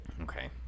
Okay